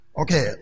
Okay